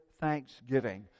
thanksgiving